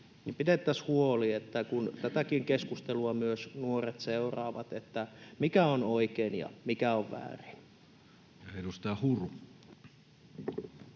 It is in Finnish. pidettäisiin huoli, kun tätäkin keskustelua myös nuoret seuraavat, että mikä on oikein ja mikä on väärin. Edustaja Huru.